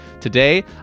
Today